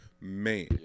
man